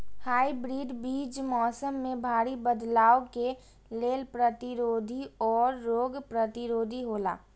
hybrid बीज मौसम में भारी बदलाव के लेल प्रतिरोधी और रोग प्रतिरोधी हौला